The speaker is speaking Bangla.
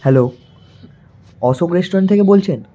হ্যালো অশোক রেস্টুরেন্ট থেকে বলছেন